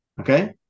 Okay